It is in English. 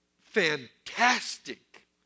fantastic